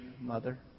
mother